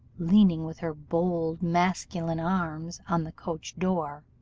leaning with her bold masculine arms on the coach door